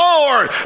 Lord